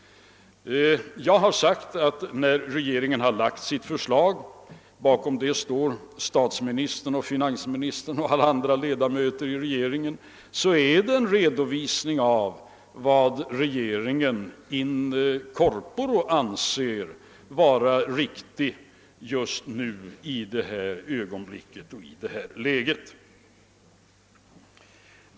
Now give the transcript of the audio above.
Jag har sagt att det förslag regeringen lagt fram — bakom det står statsministern och finansmi nistern och alla andra ledamöter av regeringen -— är en redovisning av vad regeringen in corpore anser vara riktigt just i detta läge.